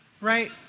Right